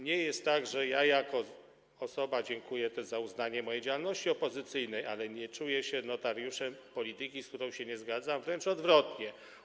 Nie jest tak, że ja jako osoba - dziękuję też za uznanie mojej działalności opozycyjnej - czuję się notariuszem polityki, z którą się nie zgadzam, jest wręcz odwrotnie.